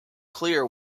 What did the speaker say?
clear